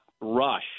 rush